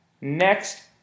Next